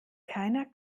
keiner